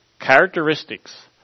characteristics